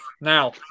Now